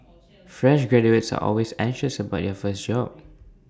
fresh graduates are always anxious about their first job